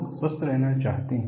लोग स्वस्थ रहना चाहते हैं